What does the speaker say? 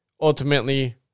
ultimately